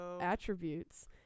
attributes